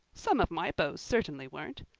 some of my beaux certainly weren't.